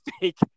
fake